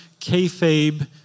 kayfabe